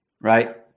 right